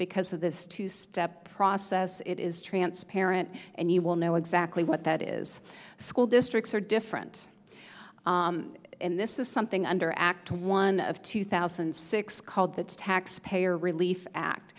because of this two step process it is transparent and you will know exactly what that is school districts are different and this is something under act one of two thousand and six called the taxpayer relief act